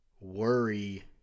worry